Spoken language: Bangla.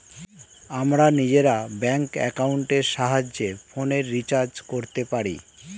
আমরা নিজেরা ব্যাঙ্ক অ্যাকাউন্টের সাহায্যে ফোনের রিচার্জ করতে পারি